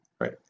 Right